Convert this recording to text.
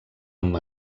amb